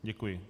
Děkuji.